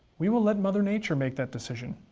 we will let mother nature make that decision.